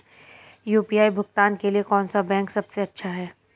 UPI भुगतान के लिए कौन सा बैंक सबसे अच्छा है?